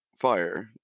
fire